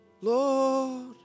Lord